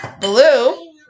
Blue